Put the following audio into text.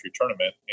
tournament